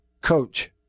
coach